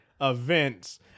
events